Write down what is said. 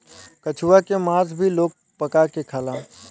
कछुआ के मास भी लोग पका के खाला